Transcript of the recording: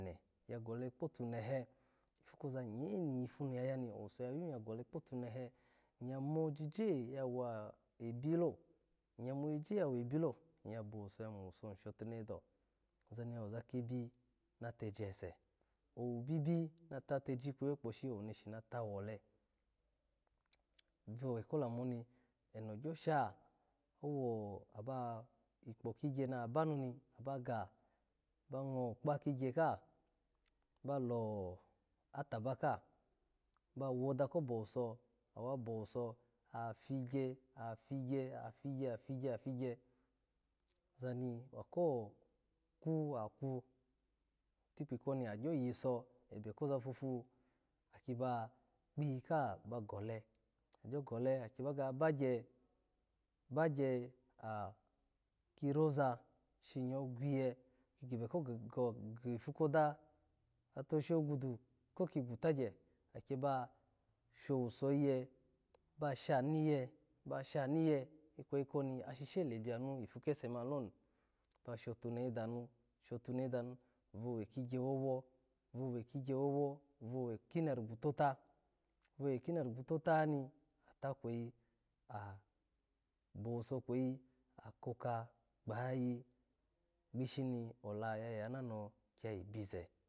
Ne iya gale karatunehe, iya koza nye ni yafa ya, owuto ya yu ya gole kpotunahe, iya mojije ya webido, iya mojija ya webilo, iya mowuso ishotumehe dewo. oza ni yawozan kebi nateji ese, owubibi na tateji ikweyi kposhi, owuneshi natawole, vowe kalamu oni eno gyosha, owo ikpokigye nabaru ni, abaye ba ngo kpa kigye kaha, ba lo ataba kahau ba woda kobowuso, awa bawuso, aha figye, ahatigye ahafigye. tigye. figye. oza i waho kwu, ada kwu. Tikpi koni aha gyo gyiso ebe koza fofu, ha ki kpiyika bagale, agyo gde, ki ba ga bagye, bagye ha ki roza shinyawo gwinye, ko go gipa koda ya toshi ogwudu ko ki gwutagye aki ba showuso iye, shanu iye, shanu iyu kweyi koni ashishi lebiyo nu ipu kese mani loni, ba shotunehe danu. ba shotunehe danu, bowe ki gye wowo, vowe ki gye wawo, vowe ki marigu tata, vowe ki narigu tata ni, atakweyi, ha koka gbayayi gbishini ola yaya nano ke bize.